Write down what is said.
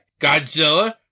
Godzilla